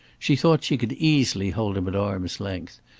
she thought she could easily hold him at arm's length,